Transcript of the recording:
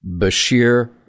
bashir